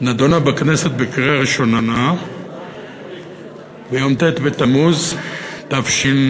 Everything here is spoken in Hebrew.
נדונה בכנסת בקריאה ראשונה ביום ט' בתמוז תשע"ג,